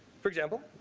for example,